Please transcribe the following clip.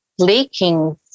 leakings